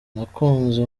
nakunze